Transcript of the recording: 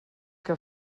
que